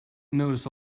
notice